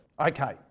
Okay